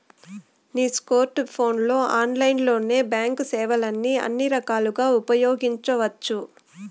నీ స్కోర్ట్ ఫోన్లలో ఆన్లైన్లోనే బాంక్ సేవల్ని అన్ని రకాలుగా ఉపయోగించవచ్చు